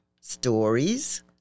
stories